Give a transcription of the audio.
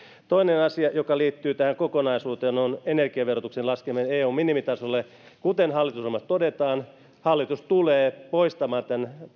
toinen asia joka liittyy tähän kokonaisuuteen on energiaverotuksen laskeminen eun minimitasolle kuten hallitusohjelmassa todetaan hallitus tulee poistamaan